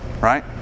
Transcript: right